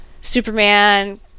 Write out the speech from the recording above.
Superman